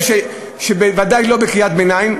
בוודאי לא בקריאת ביניים.